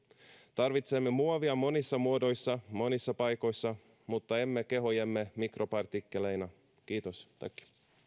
tarvitsemme muovia monissa muodoissa monissa paikoissa mutta emme kehojemme mikropartikkeleina kiitos tack